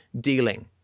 dealing